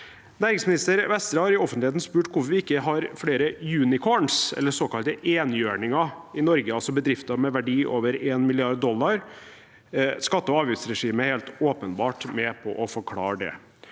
Næringsminister Vestre har i offentligheten spurt hvorfor vi ikke har flere «unicorns», eller såkalte enhjørninger, i Norge – altså bedrifter med verdi over 1 mrd. dollar. Skatte- og avgiftsregimet er helt åpenbart med på å forklare det